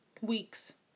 weeks